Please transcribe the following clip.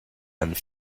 and